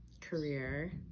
career